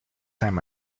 time